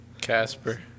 Casper